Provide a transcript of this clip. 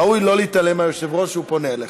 ראוי שלא להתעלם מהיושב-ראש כשהוא פונה אליך.